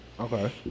Okay